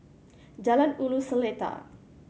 Jalan Ulu Seletar